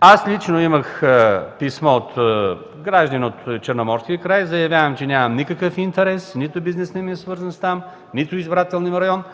Аз лично получих писмо от гражданин от черноморския край. Заявявам, че нямам никакъв интерес – нито бизнесът ми е там, нито избирателният ми район е там.